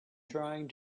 trying